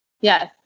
yes